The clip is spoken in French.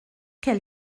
quel